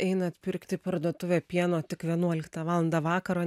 einat pirkti parduotuvėj pieno tik vienuoliktą valandą vakaro